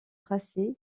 tracé